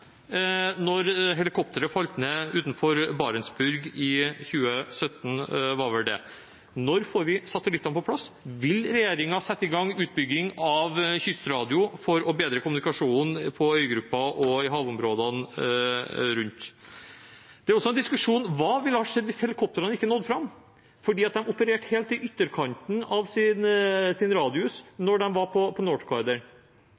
Når får vi satellittene på plass? Vil regjeringen sette i gang utbygging av kystradio for å bedre kommunikasjonen på øygruppa og i havområdene rundt? Det er også en diskusjon om hva som ville skjedd hvis helikoptrene ikke nådde fram, for de opererte helt i ytterkanten av sin radius